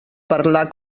parlar